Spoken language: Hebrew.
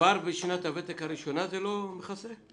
כבר בשנת הוותק הראשונה זה לא מכסה?